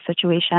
situation